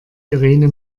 irene